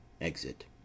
Exit